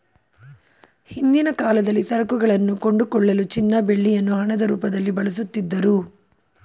ಹಿಂದಿನ ಕಾಲದಲ್ಲಿ ಸರಕುಗಳನ್ನು ಕೊಂಡುಕೊಳ್ಳಲು ಚಿನ್ನ ಬೆಳ್ಳಿಯನ್ನು ಹಣದ ರೂಪದಲ್ಲಿ ಬಳಸುತ್ತಿದ್ದರು